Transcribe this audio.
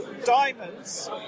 Diamonds